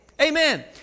Amen